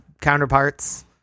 counterparts